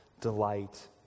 delight